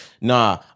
Nah